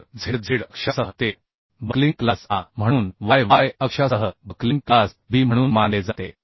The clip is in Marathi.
तर z zअक्षासह ते बक्लिंग क्लास A म्हणून Y Y अक्षासह बक्लिंग क्लास B म्हणून मानले जाते